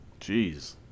Jeez